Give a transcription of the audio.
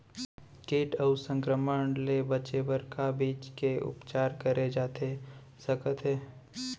किट अऊ संक्रमण ले बचे बर का बीज के उपचार करे जाथे सकत हे?